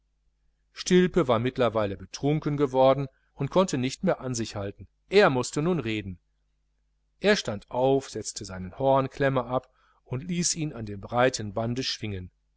stilpe war mittlerweile betrunken worden und konnte nicht mehr an sich halten nun mußte er reden er stand auf setzte seinen hornklemmer ab und ließ ihn an dem breiten bande schwingen